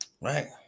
Right